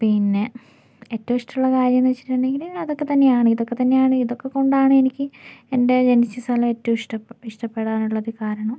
പിന്നെ ഏറ്റവും ഇഷ്ടമുള്ള കാര്യം എന്നു വച്ചിട്ടുണ്ടെങ്കിൽ അതൊക്കെത്തന്നെയാണ് ഇതൊക്കെത്തന്നെയാണ് ഇതൊക്കെക്കൊണ്ടാണ് എനിക്ക് എൻ്റെ ജനിച്ച സ്ഥലം ഏറ്റവും ഇഷ്ടപ്പെടാനുള്ളൊരു കാരണം